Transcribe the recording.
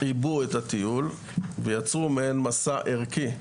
עיבוי את הטיול ויצרו מעין מסע ערכי,